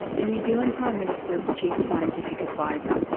the new zealand prime minister's chief scientific advisor.